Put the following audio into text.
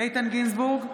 איתן גינזבורג,